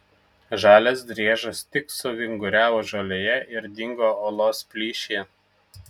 žalias driežas tik suvinguriavo žolėje ir dingo uolos plyšyje